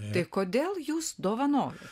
tai kodėl jūs dovanojat